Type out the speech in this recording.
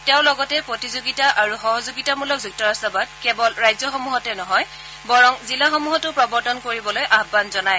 তেওঁ লগতে প্ৰতিযোগিতা আৰু সহযোগিতামূলক যুক্তৰাষ্ট্ৰবাদ কেৱল ৰাজ্যসমূহতে নহয় বৰং জিলাসমূহতো প্ৰৱৰ্তন কৰিবলৈ আহান জনায়